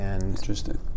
Interesting